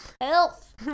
Elf